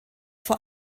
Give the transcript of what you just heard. vor